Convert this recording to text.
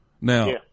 Now